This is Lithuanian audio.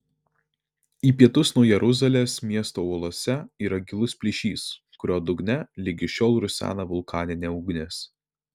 į pietus nuo jeruzalės miesto uolose yra gilus plyšys kurio dugne ligi šiol rusena vulkaninė ugnis